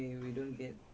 mm